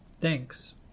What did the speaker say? Thanks